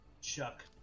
chuck